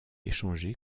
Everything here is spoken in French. échangé